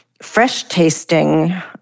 fresh-tasting